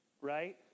right